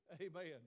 Amen